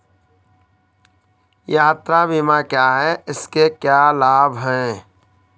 यात्रा बीमा क्या है इसके क्या लाभ हैं?